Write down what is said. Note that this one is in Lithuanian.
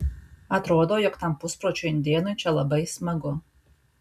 atrodo jog tam puspročiui indėnui čia labai smagu